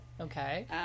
Okay